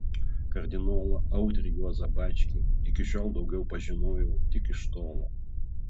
kardinolą audrį juozą bačkį iki šiol daugiau pažinojau tik iš tolo